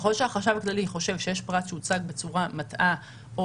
ככל שהחשב הכללי חושב שיש פרט שהוצג בצורה מטעה או